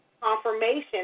confirmation